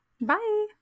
Bye